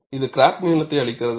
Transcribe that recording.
இது கிராக் நீளத்தை அளிக்கிறது